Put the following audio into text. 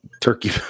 turkey